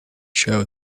show